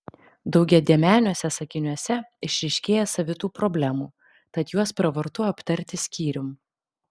daugiadėmeniuose sakiniuose išryškėja savitų problemų tad juos pravartu aptarti skyrium